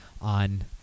on